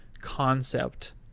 concept